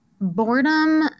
boredom